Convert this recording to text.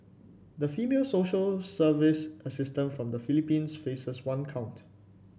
the female social service assistant from the Philippines faces one count